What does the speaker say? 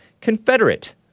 confederate